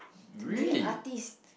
to be artist